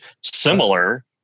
similar